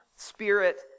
spirit